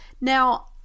Now